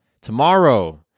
tomorrow